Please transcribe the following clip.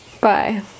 Bye